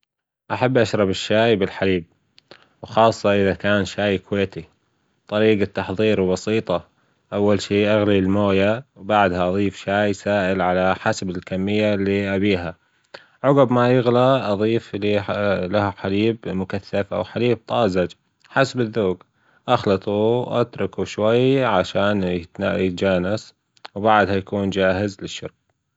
أحب أشرب الشاي بالحليب وخاصة إذا كان شاي كويتي، طريجة تحضيره بسيطة أول شي أغلي الموية وبعدها أضيف شاي سائل على حسب الكمية اللي أنا أبيها، عجب ما يغلى أضيف ليها حليب مكثف أو حليب طازج حسب الذوق أخلطه وأتركه شوي عشان يتجانس وبعدها يكون جاهز للشرب.